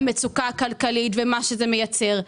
המצוקה הכלכלית ומה שזה מייצר.